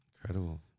Incredible